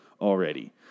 already